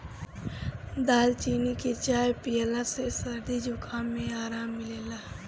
दालचीनी के चाय पियला से सरदी जुखाम में आराम मिलेला